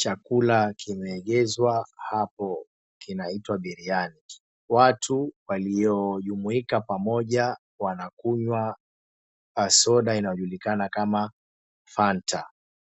Chakula kimeegeshwa hapo kinaitwa biriani. Watu waliojumuika pamoja wanakunywa soda inayojulikana kama Fanta.